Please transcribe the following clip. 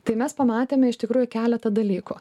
tai mes pamatėme iš tikrųjų keletą dalykų